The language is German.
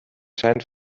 scheint